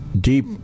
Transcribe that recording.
Deep